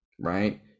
right